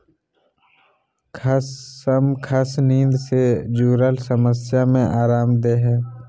खसखस नींद से जुरल समस्या में अराम देय हइ